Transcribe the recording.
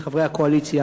את חברי הקואליציה,